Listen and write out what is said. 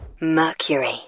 Mercury